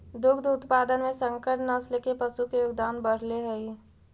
दुग्ध उत्पादन में संकर नस्ल के पशु के योगदान बढ़ले हइ